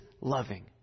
loving